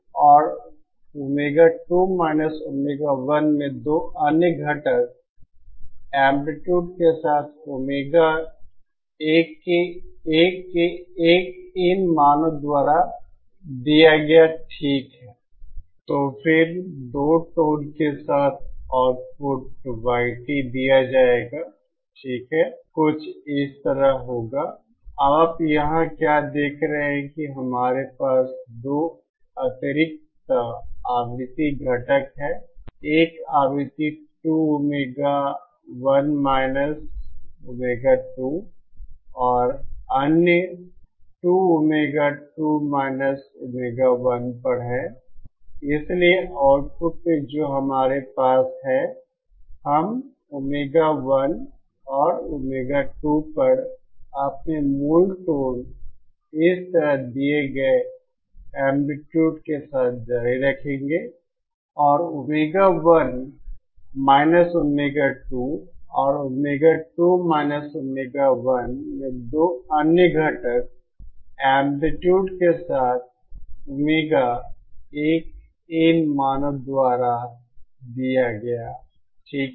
और omega one omega 2 और omega two omega one में 2 अन्य घटक एंप्लीट्यूड के साथ ओमेगा एक इन मानो द्वारा दिया गया ठीक है